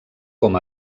com